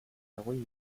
political